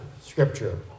Scripture